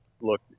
Look